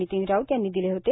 नितीन राऊत यांनी दिले होते